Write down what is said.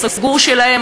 הסגור שלהם,